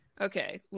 Okay